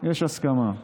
יש הסכמה.